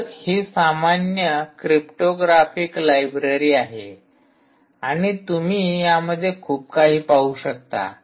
तर हि सामान्य क्रिप्टोग्राफिक लायब्ररी आहे आणि तुम्ही यामध्ये खूप काही पाहू शकता